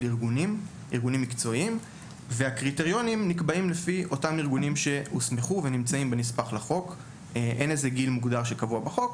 ארגונים מקצועיים שקובעים את הקריטריונים בנספח לחוק ואין גיל מוגדר בחוק.